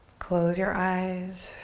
close your eyes,